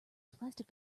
plastic